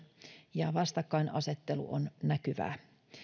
ja vastakkainasettelu on näkyvää